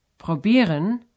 probieren